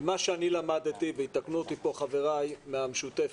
מה שאני למדתי, ויתקנו אותי פה חבריי מהמשותפת,